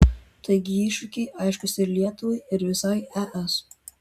taigi iššūkiai aiškūs ir lietuvai ir visai es